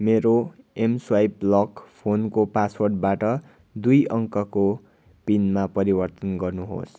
मेरो एमस्वाइप लक फोनको पासवर्डबाट दुई अङ्कको पिनमा परिवर्तन गर्नुहोस्